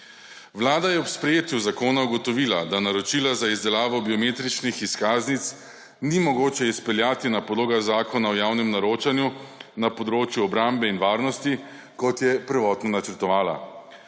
Vlada je ob sprejetju zakona ugotovila, da naročila za izdelavo biometričnih izkaznic ni mogoče izpeljati na podlagi Zakona o javnem naročanju na področju obrambe in varnosti kot je prvotno načrtovala.